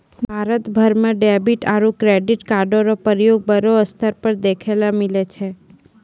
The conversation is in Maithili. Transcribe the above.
भारत भर म डेबिट आरू क्रेडिट कार्डो र प्रयोग बड़ो स्तर पर देखय ल मिलै छै